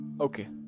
Okay